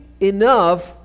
enough